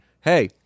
Hey